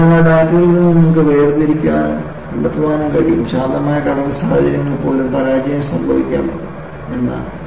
അതിനാൽ ആ ഡാറ്റയിൽ നിന്ന് നിങ്ങൾക്ക് വേർതിരിക്കാനും കണ്ടെത്താനും കഴിയും ശാന്തമായ കടൽ സാഹചര്യങ്ങളിൽ പോലും പരാജയം സംഭവിക്കാം എന്ന്